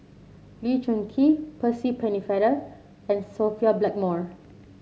Lee Choon Kee Percy Pennefather and Sophia Blackmore